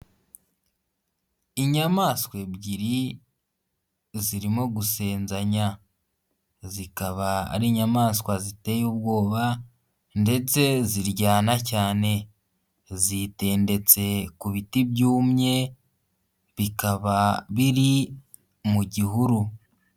Inyamanswa ebyiri zirimo gusenzanya, zikaba ari inyamaswa ziteye ubwoba ndetse ziryana cyane, zitendetse ku biti byumye bikaba biri mu gihuru.